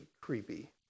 creepy